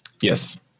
yes